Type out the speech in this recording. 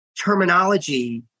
terminology